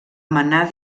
manar